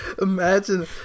Imagine